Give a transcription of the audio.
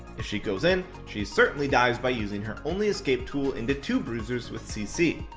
if she goes in, she certainly dies by using her only escape tool into two bruisers with cc.